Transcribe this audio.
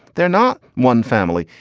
they're not one family.